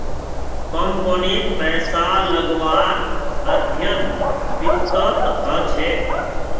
कम्पनीत पैसा लगव्वार अध्ययन वित्तत ह छेक